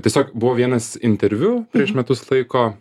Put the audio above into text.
tiesiog buvo vienas interviu prieš metus laiko